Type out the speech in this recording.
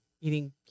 eating